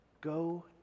go